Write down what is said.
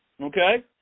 Okay